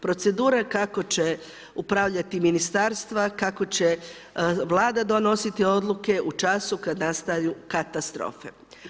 Procedura kako će upravljati ministarstva, kako će Vlada donositi odluke u času kad nastaju katastrofe.